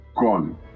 gone